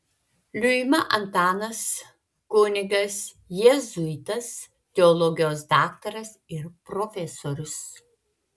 liuima antanas kunigas jėzuitas teologijos daktaras ir profesorius